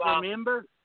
remember